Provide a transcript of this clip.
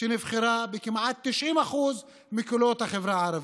שנבחרה בכמעט 90% מקולות החברה הערבית.